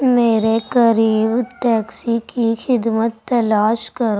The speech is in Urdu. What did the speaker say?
میرے قریب ٹیکسی کی خدمت تلاش کرو